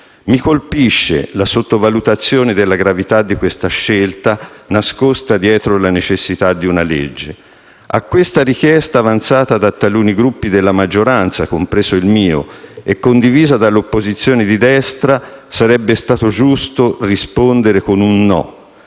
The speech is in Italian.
Mi colpisce la sottovalutazione della gravità di questa scelta, nascosta dietro la necessità di una legge. A questa richiesta, avanzata da taluni Gruppi della maggioranza - compreso il mio - e condivisa dall'opposizione di destra, sarebbe stato giusto rispondere con un no.